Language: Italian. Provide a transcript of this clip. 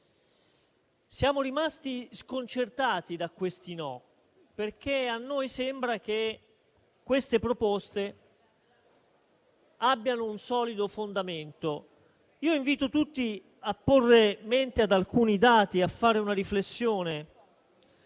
Siamo rimasti sconcertati dai no, perché a noi sembra che queste proposte abbiano un solido fondamento. Io invito tutti a porre mente ad alcuni dati e fare una riflessione.